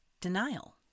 denial